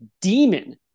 demon